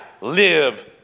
live